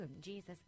Jesus